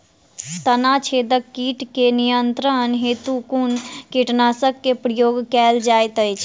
तना छेदक कीट केँ नियंत्रण हेतु कुन कीटनासक केँ प्रयोग कैल जाइत अछि?